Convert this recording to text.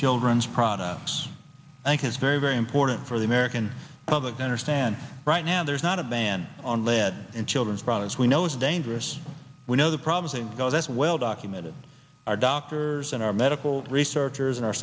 children's products i think it's very very important for the american public to understand right now there's not a ban on lead in children's products we know it's dangerous we know the problems and go that's well documented our doctors and our medical researchers and our